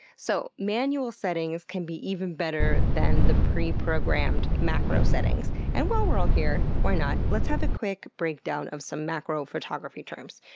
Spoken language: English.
so, manual settings can be even better than the pre-programmed macro settings. and while we're all here, why not, let's have a quick breakdown of some macro photography terms.